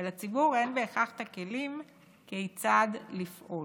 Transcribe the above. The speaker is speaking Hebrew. ולציבור אין בהכרח את הכלים כיצד לפעול.